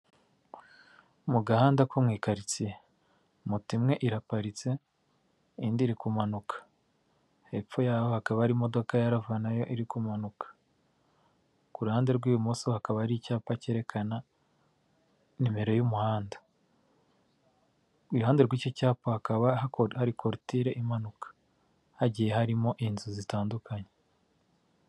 Mu gahanda ko mu ikaritsiye, mota imwe iraparitse, indi iri kumanuka, hepfo yaho hakaba hari imodoka ya RAVA, na yo iri kumanuka, ku ruhande rw'ibumoso hakaba hari icyapa kerekana nimero y'umuhanda, iruhande rw'icyo cyapa, hakaba hari korutire imanuka, hagiye harimo inzu zitandukanye.